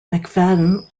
mcfadden